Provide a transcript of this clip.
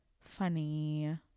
funny